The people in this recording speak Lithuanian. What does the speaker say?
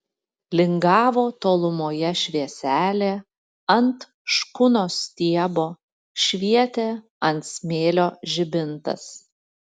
lingavo tolumoje švieselė ant škunos stiebo švietė ant smėlio žibintas